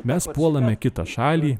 mes puolame kitą šalį